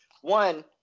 One